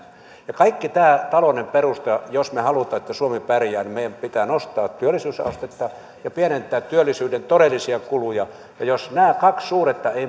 mennyt kaikki tämä on talouden perusta ja jos me haluamme että suomi pärjää meidän pitää nostaa työllisyysastetta ja pienentää työllisyyden todellisia kuluja jos nämä kaksi suhdetta eivät